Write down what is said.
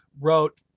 wrote